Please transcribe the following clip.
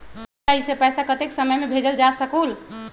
UPI से पैसा कतेक समय मे भेजल जा स्कूल?